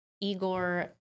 Igor